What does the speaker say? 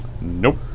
Nope